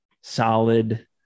solid